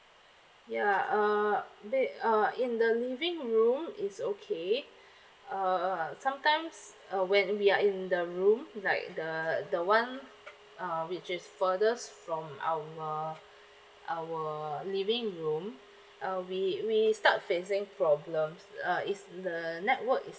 ya uh but uh in the living room is okay uh sometimes uh when we are in the room like the the [one] uh which is furthest from our our living room uh we we start facing problems uh is the network is